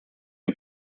mit